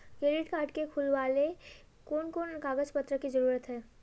Credit card के खुलावेले कोन कोन कागज पत्र की जरूरत है?